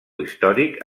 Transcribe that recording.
històric